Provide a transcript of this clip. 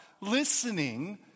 listening